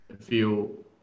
feel